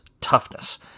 toughness